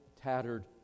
tattered